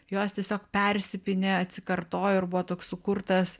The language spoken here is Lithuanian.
jos tiesiog persipynę atsikartojo ir buvo toks sukurtas